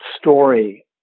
story